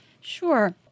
Sure